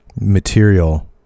material